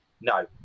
No